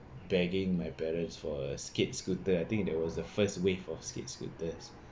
begging my parents for a skate scooter I think that was the first wave of skate scooters